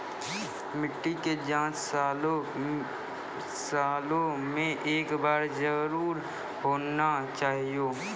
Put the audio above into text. मिट्टी के जाँच सालों मे एक बार जरूर होना चाहियो?